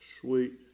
Sweet